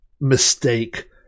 mistake